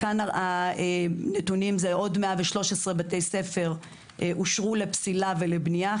כאן הנתונים הם עוד 113 בתי ספר אושרו לפסילה ולבנייה,